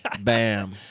Bam